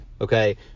okay